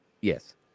yes